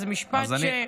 זה משפט מיותר.